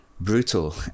brutal